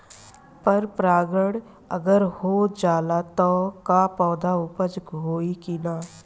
पर परागण अगर हो जाला त का पौधा उपज होई की ना?